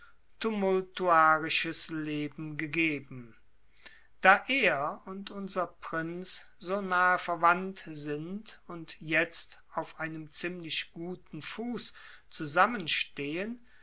tumultuarisches leben gegeben da er und unser prinz so nahe verwandt sind und jetzt auf einem ziemlich guten fuß